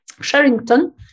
Sherrington